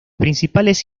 principales